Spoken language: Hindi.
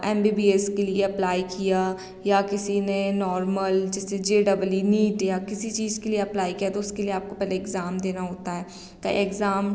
एम बी बी एस के लिए अप्लाई किया या किसी ने नॉर्मल जैसे जे डबल ई नीट या किसी चीज़ के लिए अप्लाई किया तो उसके लिए आपको पहले एग्ज़ाम देना होता है तो एग्ज़ाम